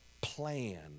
plan